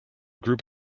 group